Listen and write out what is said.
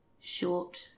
short